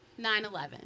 9-11